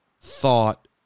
thought